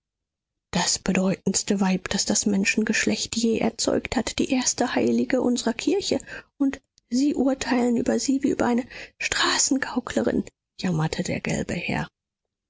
das bedeutendste weib das das menschengeschlecht je erzeugt hat die erste heilige unserer kirche und sie urteilen über sie wie über eine straßengauklerin jammerte der gelbe herr